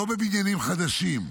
לא בבניינים חדשים,